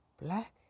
black